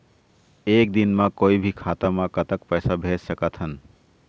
एक दिन म कोई भी खाता मा कतक पैसा भेज सकत हन?